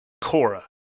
Cora